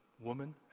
woman